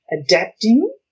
adapting